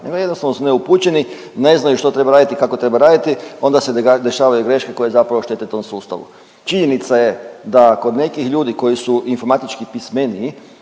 jednostavno su neupućeni, ne znaju što treba raditi i kako treba raditi, onda se dešavaju greške koje zapravo štete tom sustavu. Činjenica je da kod nekih ljudi koji su informatički pismeniji